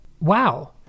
wow